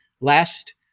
last